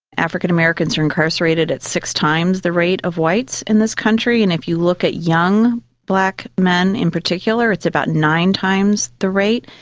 african-americans are incarcerated at six times the rate of whites in this country, and if you look at young black men in particular it's about nine times the rate.